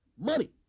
Money